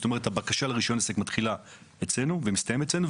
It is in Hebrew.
זאת אומרת הבקשה לרישיון עסק מתחילה אצלנו ומסתיימת אצלנו,